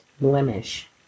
blemish